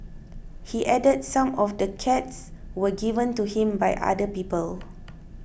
he added some of the cats were given to him by other people